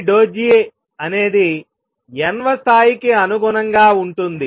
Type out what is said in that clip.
∂E∂J అనేది n వ స్థాయికి అనుగుణంగా ఉంటుంది